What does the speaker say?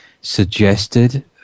suggested